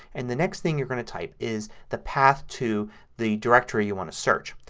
and the next thing you're going to type is the path to the directory you want to search.